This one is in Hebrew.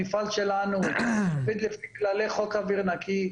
המפעל שלנו עובד לפי כללי חוק אוויר נקי.